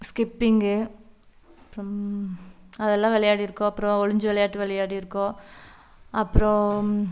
skipping அப்புறம் அதெல்லாம் விளையாடிருக்கோம் அப்புறம் ஒளிஞ்சு விளையாட்டு விளையாடிருக்கோம் அப்புறோம்